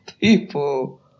people